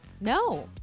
No